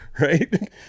right